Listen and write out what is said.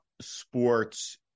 sports